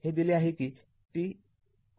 हे दिले आहे कि t 0 आहे